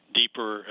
deeper